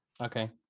Okay